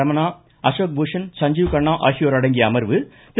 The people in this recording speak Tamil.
ரமணா அசோக் பூஷன் சஞ்சீவ் கண்ணா ஆகியோர் அடங்கிய அமர்வு திரு